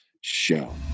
show